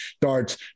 darts